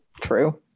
True